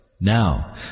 Now